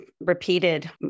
repeated